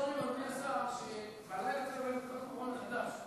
אדוני השר, שבלילה, איך?